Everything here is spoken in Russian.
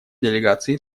делегации